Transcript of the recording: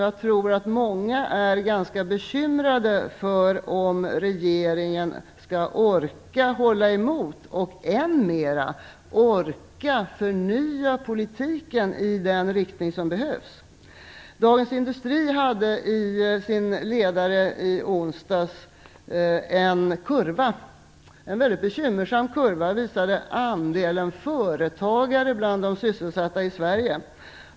Jag tror att många är ganska bekymrade för om regeringen skall orka hålla emot och om man skall orka förnya politiken i den riktning som behövs. Dagens Industri hade i sin ledare i onsdags en kurva som visade andelen företagare bland de sysselsatta i Sverige.